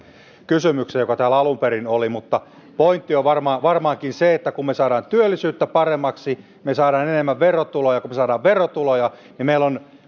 kysymykseen joka täällä alun perin oli mutta pointti on varmaankin se että kun me saamme työllisyyttä paremmaksi me saamme enemmän verotuloja ja kun me saamme verotuloja niin meillä on